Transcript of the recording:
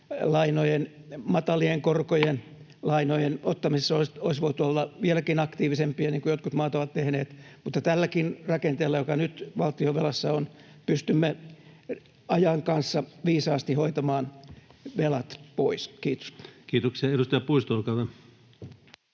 matalien korkojen lainojen ottamisessa olisi voitu olla vieläkin aktiivisempia, niin kuin jotkut maat ovat olleet, mutta tälläkin rakenteella, joka nyt valtionvelassa on, pystymme ajan kanssa viisaasti hoitamaan velat pois. — Kiitos. Kiitoksia. — Edustaja Puisto, olkaa hyvä.